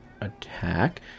attack